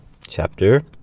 chapter